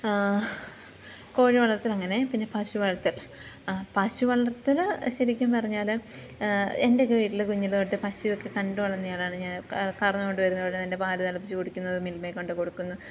കോഴി വ വളർത്തലങ്ങനെ പിന്നെ പശു വളർത്തൽ പശു വളർത്തൽ ശരിക്കും പറഞ്ഞാൽ എൻ്റെയൊക്കെ വീട്ടിൽ കുഞ്ഞിലെ തൊട്ട് പശുവൊക്കെ കണ്ട് വളർന്നയാളാണ് ഞാൻ കറന്നു കൊണ്ട് വരുന്നതോടെ അതിൻ്റെ പാല് തിളപ്പിച്ച് കുടിക്കുന്നത്തും മിൽമയിൽ കൊണ്ടു കൊടുക്കുന്നു